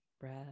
breath